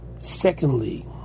Secondly